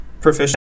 proficient